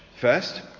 first